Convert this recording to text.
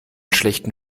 schlechten